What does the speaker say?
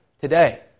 today